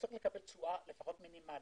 צריך לקבל תשואה לפחות מינימלית.